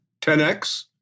10x